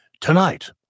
tonight